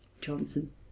Johnson